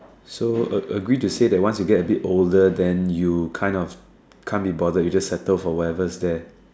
so a agree to say that once you get a bit older then you kind of can't be bothered you just settle for whatever's there